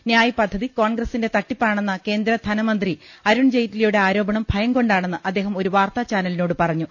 ന്യായ് പദ്ധതി കോൺഗ്രസിന്റെ തട്ടിപ്പാണെന്ന കേന്ദ്ര ധനമന്ത്രി അരുൺ ജെയ്റ്റിലിയുടെ ആരോപണം ഭയം കൊണ്ടാണെന്ന് അദ്ദേഹം ഒരു വാർത്താചാനലിനോട് പറഞ്ഞു